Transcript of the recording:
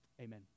Amen